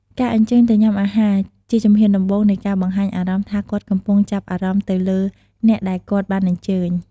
ការអញ្ជើញទៅញ៉ាំអាហារ ជាជំហានដំបូងនៃការបង្ហាញអារម្មណ៍ថាគាត់កំពុងតែចាប់អារម្មណ៍ទៅលើអ្នកដែលគាត់បានអញ្ជើញ។